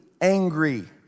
angry